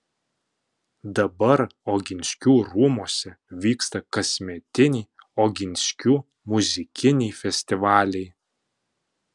dabar oginskių rūmuose vyksta kasmetiniai oginskių muzikiniai festivaliai